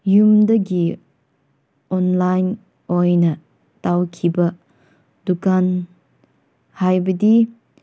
ꯌꯨꯝꯗꯒꯤ ꯑꯣꯟꯂꯥꯏꯟ ꯑꯣꯏꯅ ꯇꯧꯈꯤꯕ ꯗꯨꯀꯥꯟ ꯍꯥꯏꯕꯗꯤ